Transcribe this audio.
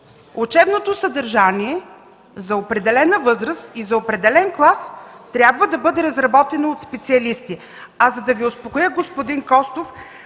Учебното съдържание за определена възраст и за определен клас трябва да бъде разработено от специалисти. За да Ви успокоя, господин Костов,